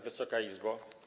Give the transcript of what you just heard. Wysoka Izbo!